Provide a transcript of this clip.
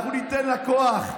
אנחנו ניתן לה כוח,